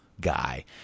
guy